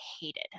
hated